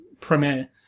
premiere